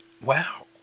Wow